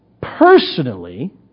personally